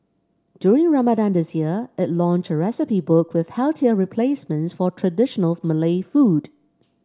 during Ramadan this year it launched a recipe book with healthier replacements for traditional Malay food